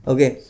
Okay